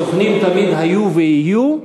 סוכנים תמיד היו ויהיו.